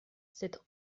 cet